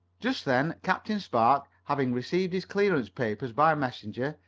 just then captain spark, having received his clearance papers by messenger,